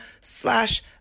slash